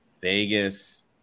Vegas